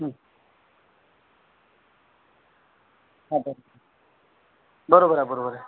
हं हं बरोबर आहे बरोबर आहे